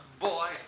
boy